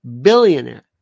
Billionaire